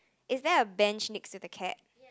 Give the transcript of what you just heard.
is there a bench next to the cat